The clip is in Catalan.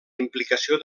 implicació